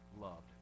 loved